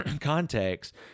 context